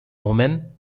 women